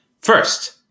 First